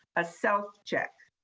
a self-check,